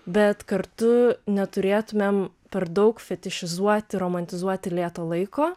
bet kartu neturėtumėm per daug fetišizuoti romantizuoti lėto laiko